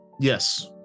Yes